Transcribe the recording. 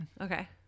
okay